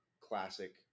classic